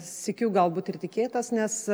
sykiu galbūt ir tikėtas nes